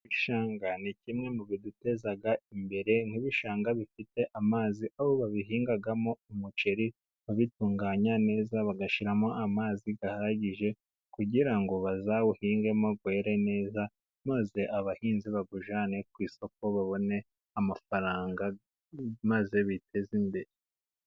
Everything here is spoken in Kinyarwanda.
Ibishanga ni kimwe mu biduteza imbere nk'ibishanga bifite amazi, aho babihingamo umuceri, babitunganya neza bagashyiramo amazi ahagije kugira ngo bazawuhingemo were neza ,maze abahinzi bawujyane ku isoko babone amafaranga maze biteze imbere.